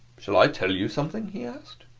shall i tell you something? he asked.